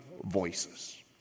voices